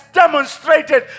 demonstrated